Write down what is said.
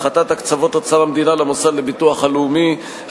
הפחתת הקצבות אוצר המדינה למוסד לביטוח לאומי,